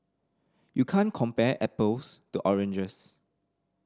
you can't compare apples to oranges